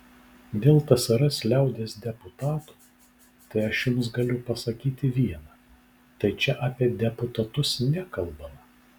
dėl tsrs liaudies deputatų tai aš jums galiu pasakyti viena tai čia apie deputatus nekalbama